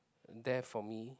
there for me